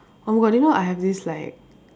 oh my god you know I have this like